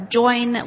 join